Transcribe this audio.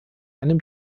einem